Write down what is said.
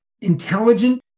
intelligent